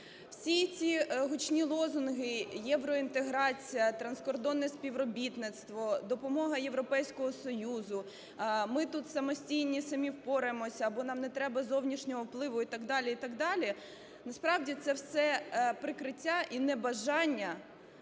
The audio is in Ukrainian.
Всі ці гучні лозунги: євроінтеграція, транскордонне співробітництво, допомога Європейського Союзу, ми тут самостійні і самі впораємося або нам не треба зовнішнього впливу і так далі, і так далі – насправді, це все прикриття і небажання